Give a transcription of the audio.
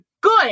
Good